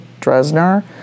Dresner